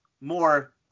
more